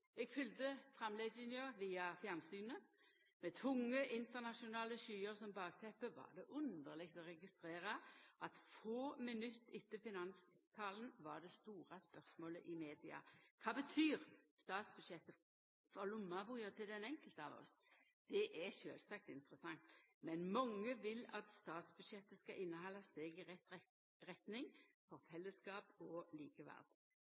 Eg fylgde framlegginga via fjernsynet. Med tunge internasjonale skyer som bakteppe var det underleg å registrera at få minutt etter finanstalen var det store spørsmålet i media: Kva betyr statsbudsjettet for lommeboka til den einskilde av oss? Det er sjølvsagt interessant. Men mange vil at statsbudsjettet skal innehalda steg i rett retning for